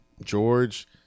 George